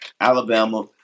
Alabama